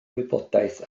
wybodaeth